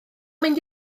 mynd